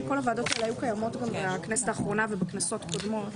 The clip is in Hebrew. שכל הוועדות האלה היו קיימות גם בכנסת האחרונה ובכנסות קודמות.